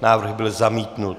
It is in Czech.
Návrh byl zamítnut.